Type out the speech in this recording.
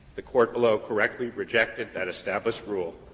the court below correctly rejected that established rule,